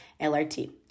LRT